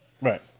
Right